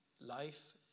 Life